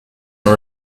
and